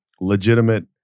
legitimate